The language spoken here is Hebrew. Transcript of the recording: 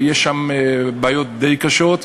בעיות די קשות.